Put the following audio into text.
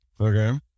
Okay